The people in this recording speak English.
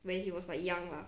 when he was like young lah